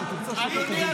איזה שטויות.